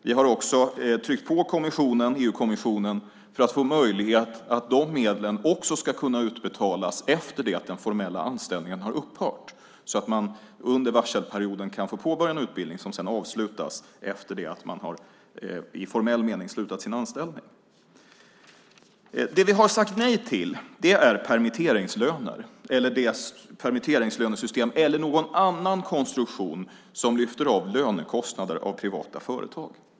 Vi har också tryckt på EU-kommissionen för att det ska var möjligt att också utbetala de medlen efter det att den formella anställningen har upphört, så att man under varselperioden kan få påbörja en utbildning som sedan avslutas efter det att man i formell mening har slutat sin anställning. Det vi har sagt nej till är permitteringslöner eller någon annan konstruktion som lyfter av lönekostnader från privata företag.